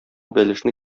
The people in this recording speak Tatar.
бәлешне